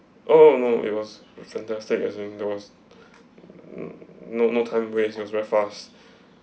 oh no it was fantastic as there was no no time waste it was very fast